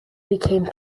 became